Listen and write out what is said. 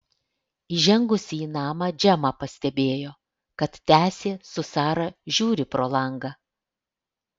įžengusi į namą džemą pastebėjo kad tęsė su sara žiūri pro langą